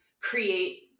create